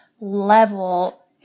level